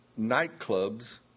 nightclubs